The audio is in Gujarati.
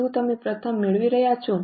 શું તમે પ્રથમ મેળવી રહ્યા છો